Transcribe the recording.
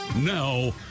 now